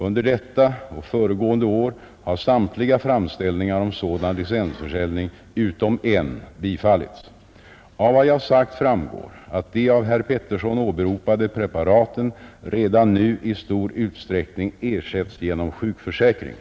Under detta och föregående år har samtliga framställningar om sådan licensförsäljning utom en bifallits. Av vad jag sagt framgår att de av herr Pettersson åberopade preparaten redan nu i stor utsträckning ersätts genom sjukförsäkringen.